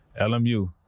LMU